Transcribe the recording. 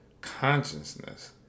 consciousness